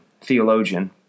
theologian